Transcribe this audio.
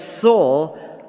saw